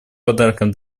подарком